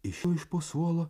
išėjo iš po suolo